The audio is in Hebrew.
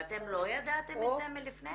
ואתם לא ידעתם את זה לפני?